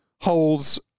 holds